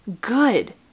good